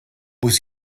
muss